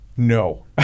No